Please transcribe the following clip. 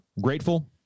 grateful